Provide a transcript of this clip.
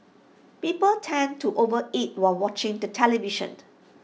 people tend to over eat while watching the television